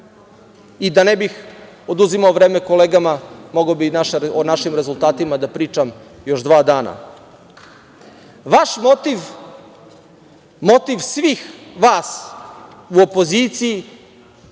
I da ne bih oduzimao vreme kolegama, mogao bih o našim rezultatima da pričam još dva dana. Vaš motiv, motiv svih vas u opoziciji,